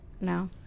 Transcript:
no